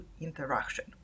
interaction